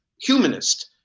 humanist